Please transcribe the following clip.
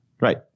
Right